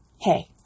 hey